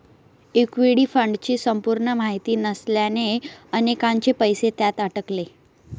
equity फंडची संपूर्ण माहिती नसल्याने अनेकांचे पैसे त्यात अडकले